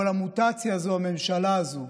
אבל המוטציה זו הממשלה הזו.